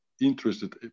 interested